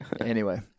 Anyway-